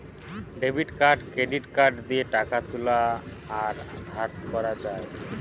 debit card credit card দিয়ে টাকা তুলা আর ধার করা যায়